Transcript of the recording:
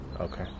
Okay